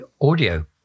audio